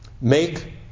make